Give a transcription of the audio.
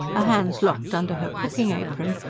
her hands locked under her cooking-apron,